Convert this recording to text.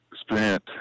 spent